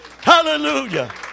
Hallelujah